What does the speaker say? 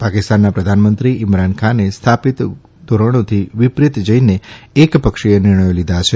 પાકિસ્તાનના પ્રધાનંમત્રી ઇમરાન ખાતે સ્થાપિત ધોરણોથી વિપરીત જઇને એકપક્ષી નિર્ણયો લીધા છે